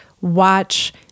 watch